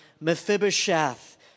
Mephibosheth